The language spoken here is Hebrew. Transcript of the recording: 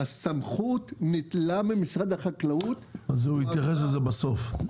הסמכות ניטלה ממשרד החקלאות --- אז הוא יתייחס לזה בסוף.